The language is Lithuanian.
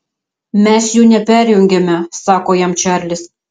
mes jų neperjungiame sako jam čarlis